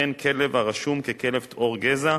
וכן של כלב הרשום ככלב טהור גזע,